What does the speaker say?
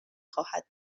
خواهد